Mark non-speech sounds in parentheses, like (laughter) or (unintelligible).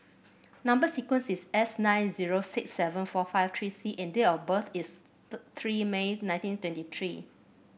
number sequence is S nine zero six seven four five three C and date of birth is (unintelligible) three May nineteen twenty three